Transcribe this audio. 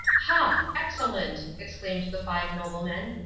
ha! excellent! exclaimed the five noblemen.